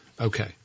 Okay